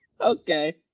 Okay